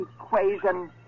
equation